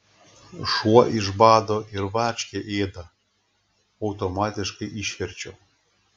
šuo iš bado ir varškę ėda automatiškai išverčiau